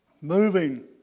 moving